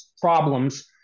problems